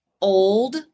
old